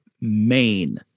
main